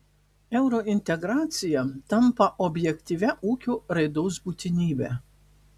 eurointegracija tampa objektyvia ūkio raidos būtinybe